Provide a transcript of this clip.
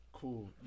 cool